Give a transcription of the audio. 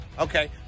okay